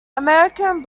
american